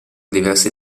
diverse